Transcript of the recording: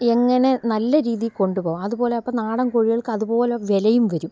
എങ്ങനെ നല്ല രീതിയിൽ കൊണ്ടു പോകാം അതു പോലെ അപ്പം നാടൻ കോഴികൾക്ക് അതു പോലെ വിലയും വരും